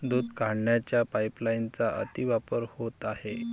दूध काढण्याच्या पाइपलाइनचा अतिवापर होत आहे